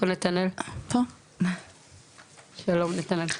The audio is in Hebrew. שלום נתנאל.